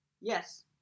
Yes